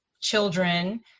children